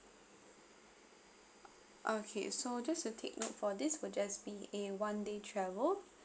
okay so just to take note for this will just be a one day travel